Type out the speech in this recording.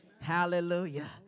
Hallelujah